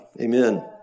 Amen